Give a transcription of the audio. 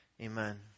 Amen